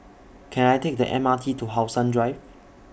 Can I Take The M R T to How Sun Drive